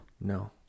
No